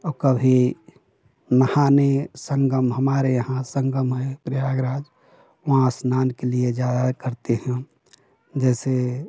औ कभी नहाने संगम हमारे यहाँ संगम है प्रयागराज वहाँ स्नान के लिए जाया करते हैं हम जैसे